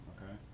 Okay